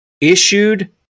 issued